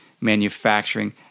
manufacturing